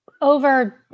over